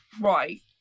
right